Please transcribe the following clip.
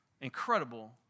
incredible